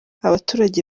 abaturage